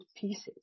pieces